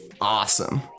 awesome